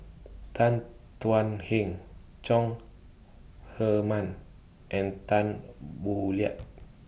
Tan Thuan Heng Chong Heman and Tan Boo Liat